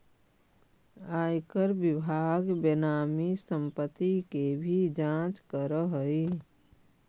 आयकर विभाग बेनामी संपत्ति के भी जांच करऽ हई